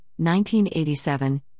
1987